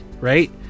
right